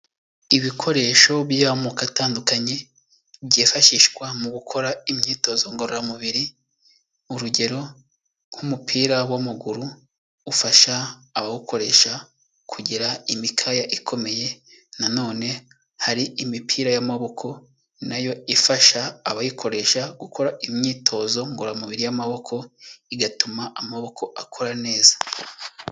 Ibikoresho by'amoko atandukanye, byifashishwa mu gukora imyitozo ngororamubiri, urugero nk'umupira w'amaguru ufasha abawukoresha kugira imikaya ikomeye, nanone hari imipira y'amaboko nayo ifasha abayikoresha gukora imyitozo ngororamubiri y'amaboko igatuma amaboko akora neza.